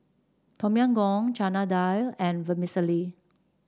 Tom Yam Goong Chana Dal and Vermicelli